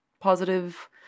positive